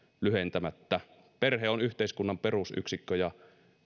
lyhentämättä perhe on yhteiskunnan perusyksikkö ja